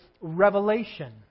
revelation